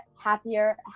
happier